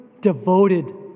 devoted